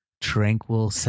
tranquil